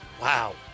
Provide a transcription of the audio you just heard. wow